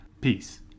Peace